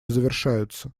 завершаются